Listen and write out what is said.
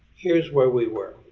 here's where we were.